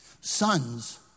Sons